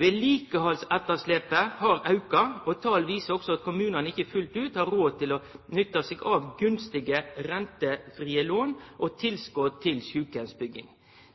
Vedlikehaldsetterslepet har auka, og tal viser også at kommunane ikkje fullt ut har råd til å nytte seg av gunstige rentefrie lån og tilskot til sjukeheimsbygging.